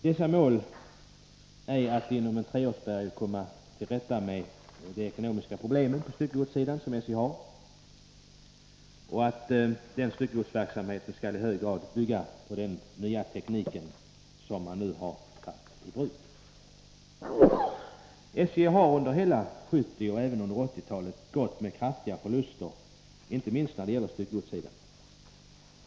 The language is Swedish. Dess mål är att inom en treårsperiod komma till rätta med de ekonomiska problem som SJ har på styckegodssidan. Den nya styckegodsverksamheten skall i hög grad bygga på den nya teknik som man nu har tagit i bruk. SJ har under hela 1970-talet och även under 1980-talet gått med kraftiga förluster, inte minst på styckegodssidan.